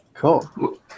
Cool